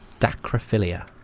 Dacrophilia